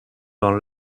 dans